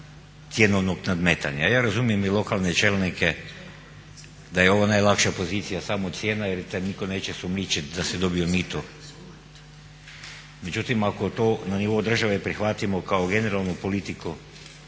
cjenovnog nadmetanja. Ja razumijem i lokalne čelnike da je ovo najlakša pozicija samo cijena jer te nitko neće sumnjičit da si dobio mito, međutim ako to na nivou države prihvatimo kao generalnu politiku